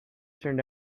turned